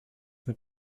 mit